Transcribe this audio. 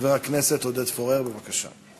חבר הכנסת עודד פורר, בבקשה.